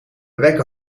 wekken